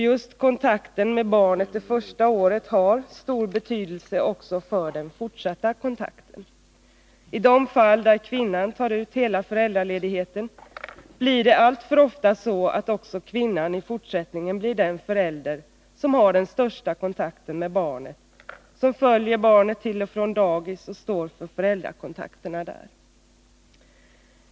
Just kontakten med barnet under dess första levnadsår har stor betydelse också för den fortsatta kontakten. I de fall där kvinnan tar ut hela föräldraledigheten blir det alltför ofta så att hon även i fortsättningen blir den förälder som har den största kontakten med barnet, som följer barnet till och från dagis och som står för föräldrakontakterna där.